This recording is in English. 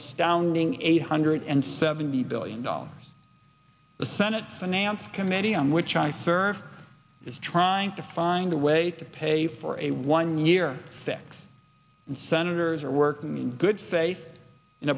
astounding eight hundred and seventy billion dollars the senate finance committee on which i serve is trying to find a way to pay for a one year fix and senators are working in good faith in